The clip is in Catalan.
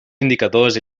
indicadors